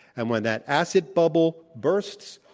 and when that asset bubble bursts,